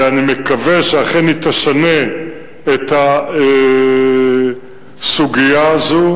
ואני מקווה שאכן היא תשנה את הסוגיה הזו,